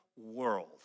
world